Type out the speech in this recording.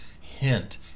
hint